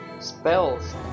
spells